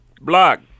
Block